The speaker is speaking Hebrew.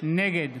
נגד